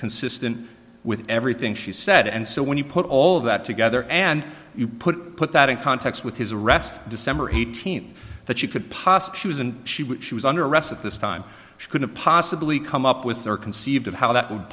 consistent with everything she said and so when you put all of that together and you put put that in context with his arrest december eighteenth that you could posture was and she was under arrest at this time she couldn't possibly come up with their conceived of how that would